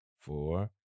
Four